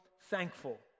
thankful